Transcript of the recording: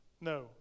no